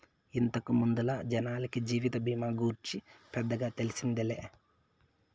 ఇంతకు ముందల జనాలకి జీవిత బీమా గూర్చి పెద్దగా తెల్సిందేలే